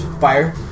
fire